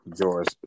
George